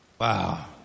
Wow